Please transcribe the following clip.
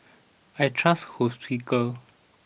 I trust Hospicare